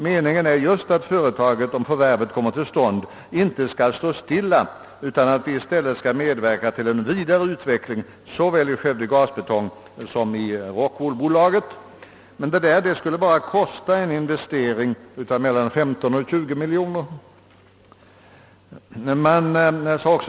Meningen är just att företaget, om förvärvet kommer till stånd, inte skall stå stilla, utan att det i stället skall medverka till en vidare utveckling såväl av Skövde Gasbetong som av Rockwoolbolaget.» Detta skulle kräva en investering av mellan 15 och 20 miljoner, upplystes det vidare.